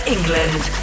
England